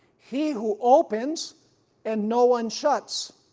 he who opens and no one shuts,